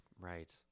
Right